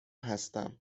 هستم